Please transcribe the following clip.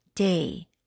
day